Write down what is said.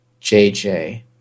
JJ